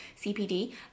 CPD